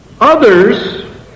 Others